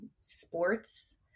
sports